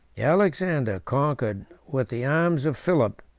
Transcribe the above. alexander conquered with the arms of philip,